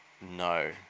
No